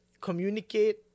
communicate